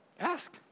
Ask